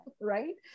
right